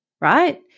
right